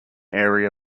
area